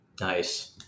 Nice